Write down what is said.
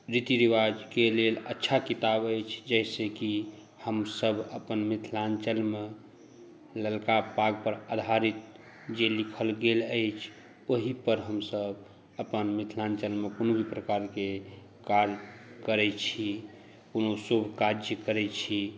रीति रिवाजके लेल अच्छा किताब अछि जाहिसॅं कि हमसभ अपन मिथिलाङ्चलमे ललका पाग पर आधारित जे लिखल गेल अछि ओहि पर हमसभ अपन मिथिलाञ्चलमे कोनो भी प्रकारके काज करै छी कोनो शुभ काज करै छी